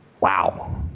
Wow